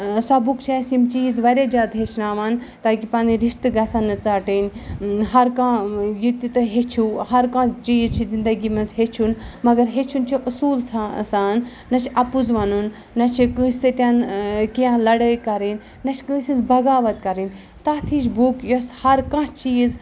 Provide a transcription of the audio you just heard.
سۄ بُک چھِ اَسہِ یِم چیٖز واریاہ جادٕ ہیٚچھناوان تاکہِ پَنٕںۍ رِشتہٕ گژھن نہٕ ژَٹٕنۍ ہرکانٛہہ یہِ تہِ تۄہہِ ہیٚچھِو ہرکانٛہہ چیٖز چھِ زندگی منٛز ہیٚچھُن مگر ہیٚچھُن چھِ اَصوٗل ژھا سان نہ چھِ اَپُز وَنُن نہ چھِ کٲنٛسہِ سۭتۍ کینٛہہ لَڑٲے کَرٕنۍ نہ چھِ کٲنٛسہِ ہِنٛزۍ بغاوت کَرٕنۍ تَتھ ہِش بُک یۄس ہرکانٛہہ چیٖز